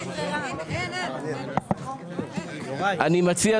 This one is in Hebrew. אני מציע,